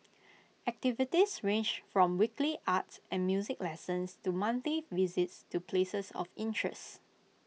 activities range from weekly arts and music lessons to monthly visits to places of interests